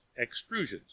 extrusions